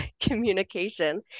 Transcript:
communication